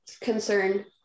concern